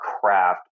craft